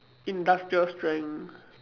industrial strength